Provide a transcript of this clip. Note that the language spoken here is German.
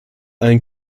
allen